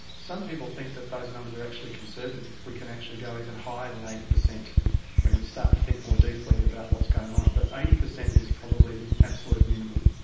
some people think that those numbers are actually conservative, we can actually go even higher than eighty percent when we start to think more deeply about what's going on, but eighty percent is probably the absolute minimum.